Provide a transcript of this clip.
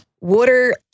Water